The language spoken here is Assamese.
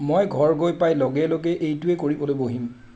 মই ঘৰ গৈ পাই লগে লগে এইটোৱেই কৰিবলৈ বহিম